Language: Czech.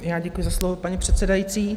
Já děkuji za slovo, paní předsedající.